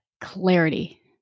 clarity